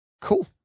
Cool